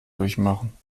durchmachen